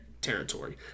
Territory